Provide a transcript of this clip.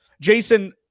Jason